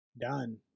done